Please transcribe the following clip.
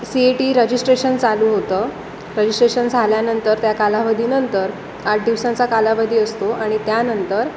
C A T registration चालू होतं registration झाल्यानंतर त्या कालावधीनंतर आठ दिवसांचा कालावधी असतो आणि त्यानंतर